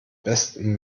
besten